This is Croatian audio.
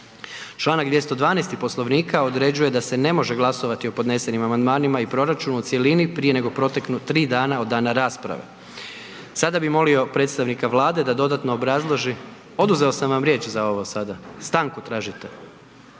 Čl. 212. Poslovnika određuje da se ne može glasovati o podnesenim amandmanima i proračunu u cjelini prije nego proteknu 3 dana od dana rasprave. Sada bih molio predstavnika Vlade da dodatno obrazloži… Oduzeo sam vam riječ za ovo sada. Stanku tražite?